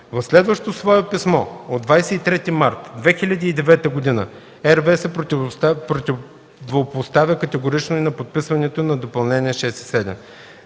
В следващо свое писмо от 23 март 2009 г. РВЕ се противопоставя категорично на подписването на допълнения 6